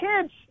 kids